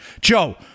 Joe